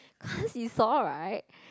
cause you saw right